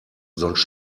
sonst